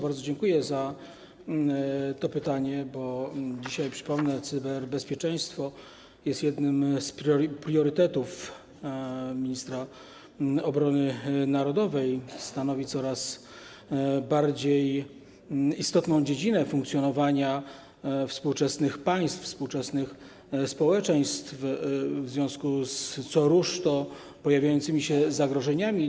Bardzo dziękuję za to pytanie, bo dzisiaj, przypomnę, cyberbezpieczeństwo jest jednym z priorytetów ministra obrony narodowej, stanowi coraz bardziej istotną dziedzinę funkcjonowania współczesnych państw, współczesnych społeczeństw w związku z co rusz to pojawiającymi się zagrożeniami.